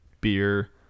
beer